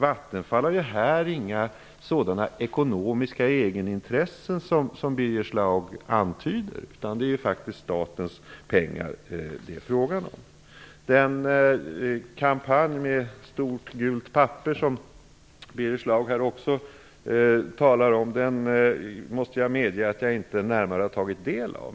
Vattenfall har här inga sådana ekonomiska egenintressen som Birger Schlaug antyder. Det är faktiskt fråga om statens pengar. Schlaug talar om måste jag medge att jag inte närmare har tagit del av.